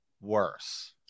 worse